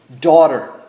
Daughter